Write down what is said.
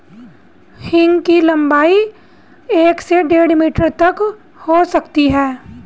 हींग की लंबाई एक से डेढ़ मीटर तक हो सकती है